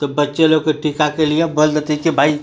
तो बच्चे लोग को टीका के लिए बल देती है कि भाई